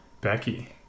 Becky